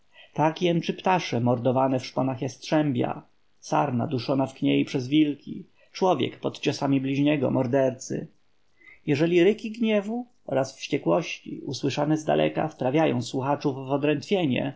tak jęczy ptaszę mordowane w szponach jastrzębia sarna duszona w kniei przez wilki człowiek pod ciosami bliźniego mordercy jeżeli ryki gniewu oraz wściekłości usłyszane zdaleka wprawiają słuchaczów w odrętwienie